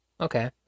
Okay